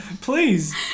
please